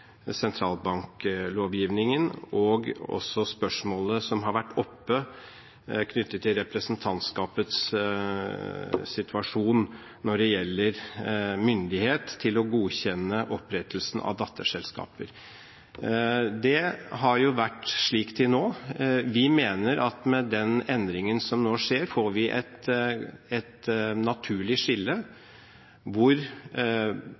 sentralbanklovgivningen og også spørsmålet som har vært oppe knyttet til representantskapets situasjon når det gjelder myndighet til å godkjenne opprettelsen av datterselskaper. Det har vært slik til nå. Vi mener at med den endringen som nå skjer, får vi et naturlig skille hvor